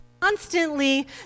constantly